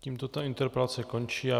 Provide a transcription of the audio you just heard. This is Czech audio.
Tímto ta interpelace končí.